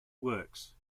works